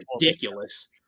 ridiculous